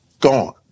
gone